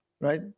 right